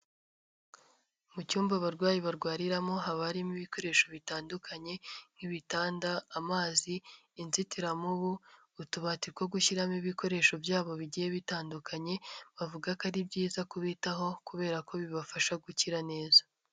Mu cyumba abarwayi barwariramo, haba harimo ibikoresho bitandukanye nk'ibitanda, amazi, inzitiramubu, utubati two gushyiramo ibikoresho byabo bigiye bitandukanye, bavuga ko ari byiza kubitaho kubera ko bibafasha gukira neza.